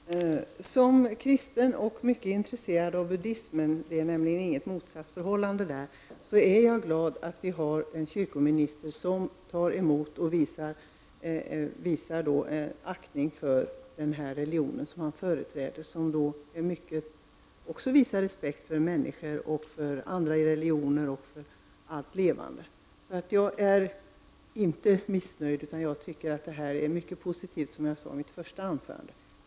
Herr talman! Som kristen och mycket intresserad av buddismen — det är nämligen inte något motsatsförhållande i detta — är jag glad att vi har en kyrkominister, som tar emot och visar aktning för den religion som Dalai Lama företräder och som i mycket stor utsträckning visar respekt för människor, andra religioner och för allt levande. Jag är inte missnöjd, utan jag tycker att det här är mycket positivt, vilket jag också sade i mitt första anförande.